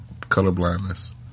colorblindness